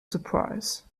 surprise